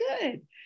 good